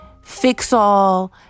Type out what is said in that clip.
fix-all